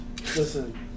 Listen